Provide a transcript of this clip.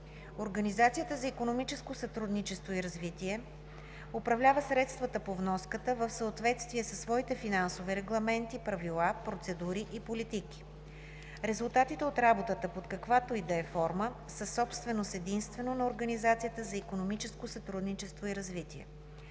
Организацията за икономическо сътрудничество и развитие управлява средствата по вноската в съответствие със своите финансови регламенти, правила, процедури и политики. Резултатите от работата, под каквато и да е форма, са собственост единствено на Организацията за икономическо сътрудничество и развитие.